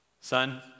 Son